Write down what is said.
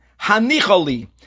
Hanichali